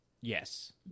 Yes